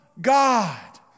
God